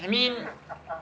you mean